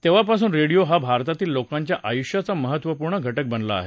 तेव्हापासून रेडिओ हा भारतातील लोकांच्या आयुष्याचा महत्वपूर्ण घटक बनला आहे